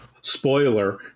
spoiler